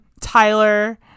Tyler